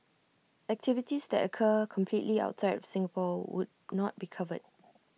activities that occur completely outside of Singapore would not be covered